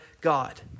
God